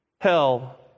hell